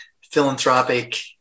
philanthropic